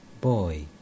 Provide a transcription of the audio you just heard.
Boy